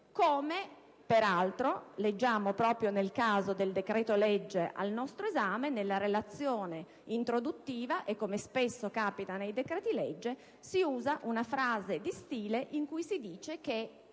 come, peraltro, leggiamo proprio nel caso del decreto-legge al nostro esame. Nella relazione introduttiva, infatti e come spesso capita nei decreti-legge, si usa una frase di stile in cui si dice che